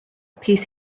peace